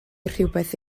rhywbeth